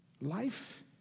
Life